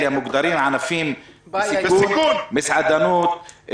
המוגדרים כענפים בסיכון מסעדנות,